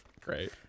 great